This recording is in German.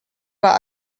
war